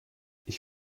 ich